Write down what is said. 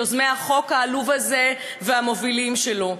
יוזמי החוק העלוב הזה והמובילים שלו.